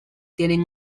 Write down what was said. tienen